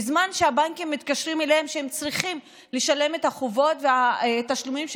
בזמן שהבנקים מתקשרים אליהם כי הם צריכים לשלם את החובות ואת התשלומים?